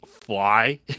fly